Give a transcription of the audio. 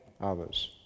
others